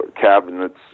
cabinets